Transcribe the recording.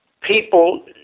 people